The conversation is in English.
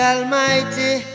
Almighty